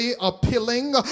appealing